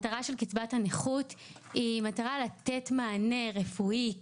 המטרה של קצבת הנכות היא מטרה לתת מענה רפואי,